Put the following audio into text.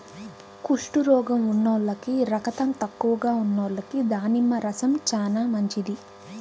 కుష్టు రోగం ఉన్నోల్లకి, రకతం తక్కువగా ఉన్నోల్లకి దానిమ్మ రసం చానా మంచిది